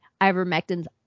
ivermectin's